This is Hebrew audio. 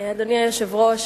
גברתי היושבת-ראש,